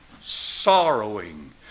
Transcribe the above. sorrowing